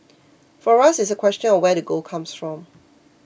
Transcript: for us it's a question of where the gold comes from